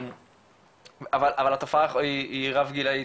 אבל התופעה היא רב גילאית,